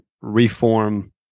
reform